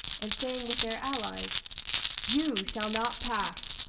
and saying with their allies you shall not pass!